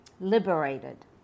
liberated